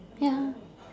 ya